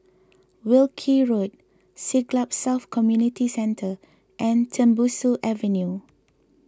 Wilkie Road Siglap South Community Centre and Tembusu Avenue